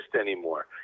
anymore